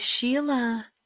Sheila